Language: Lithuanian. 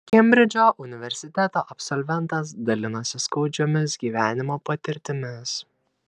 kembridžo universiteto absolventas dalinosi skaudžiomis gyvenimo patirtimis